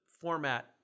format